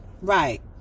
Right